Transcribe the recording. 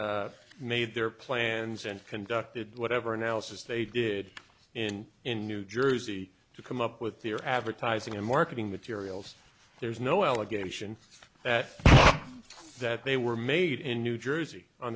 g made their plans and conducted whatever analysis they did in in new jersey to come up with their advertising and marketing materials there's no allegation that that they were made in new jersey on